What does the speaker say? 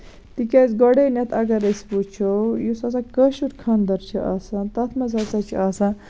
تِکیازِ گۄڈٕنیتھ اَگر أسۍ وٕچھو یُس ہسا کٲشُر خاندر چھُ آسان تَتھ منٛز ہسا چھِ آسان